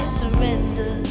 surrender